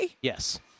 Yes